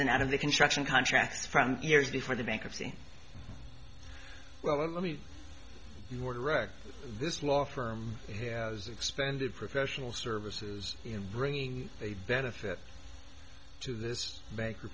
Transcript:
arisen out of the construction contracts from years before the bankruptcy well let me your direct this law firm has expended professional services in bringing a benefit to this bank